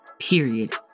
period